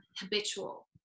habitual